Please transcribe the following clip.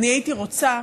הייתי רוצה